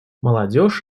молодежь